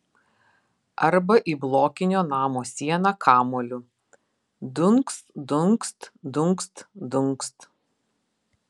arba į blokinio namo sieną kamuoliu dunkst dunkst dunkst dunkst